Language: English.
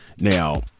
Now